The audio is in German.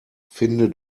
finde